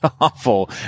awful